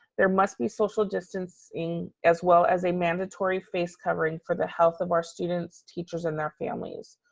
there must be social distancing as well as a mandatory face covering for the health of our students, teachers, and their families.